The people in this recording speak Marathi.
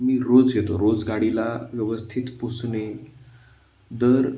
मी रोज घेतो रोज गाडीला व्यवस्थित पुसणे दर